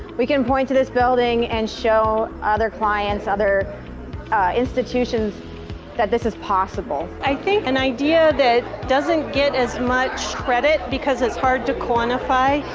we can point to this building and show other clients, other institutions that this is possible. i think an idea that doesn't get as much credit because it's hard to quantify,